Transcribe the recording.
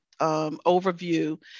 overview